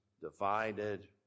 divided